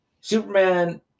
Superman